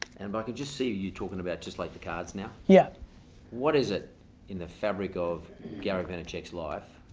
and but i can just see you talking about just like the cards now. yeah what is it in the fabric of gary vaynerchuk's life,